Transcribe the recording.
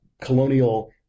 colonial